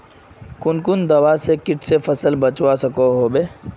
कुन कुन दवा से किट से फसल बचवा सकोहो होबे?